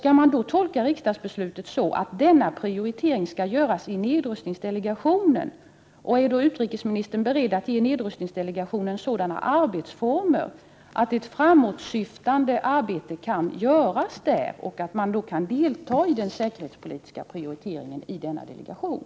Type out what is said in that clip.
Skall man tolka riksdagsbeslutet så att denna prioritering skall göras i nedrustningsdelegationen? Är utrikesministern i så fall beredd att ge nedrustningsdelegationen sådana arbetsformer att det framåtsyftande arbetet kan göras där, dvs. så att man kan delta i den säkerhetspolitiska prioriteringen i denna delegation?